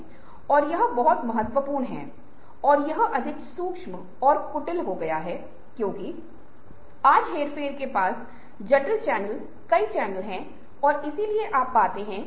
इसलिए आपके द्वारा मैप किए गए विभिन्न तरीके और उपकरण हैं जिनके माध्यम से आप इसे कर सकते हैं